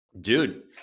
dude